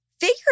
figure